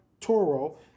Toro